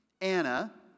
Anna